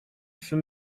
for